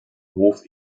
hof